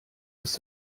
ist